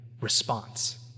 response